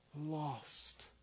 lost